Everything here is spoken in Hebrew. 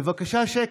בבקשה שקט,